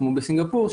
כמו למשל בסינגפור,